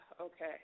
okay